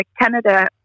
Canada